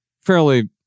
fairly